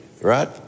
Right